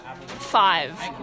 Five